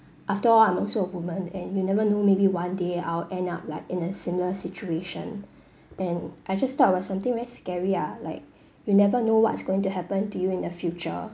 after all I'm also a woman and you never know maybe one day I'll end up like in a similar situation and I just thought it was something very scary ah like you never know what's going to happen to you in the future